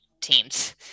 teams